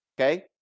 okay